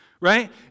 right